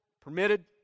permitted